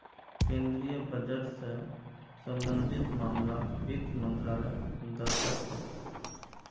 केन्द्रीय बजट स सम्बन्धित मामलाक वित्त मन्त्रालय द ख छेक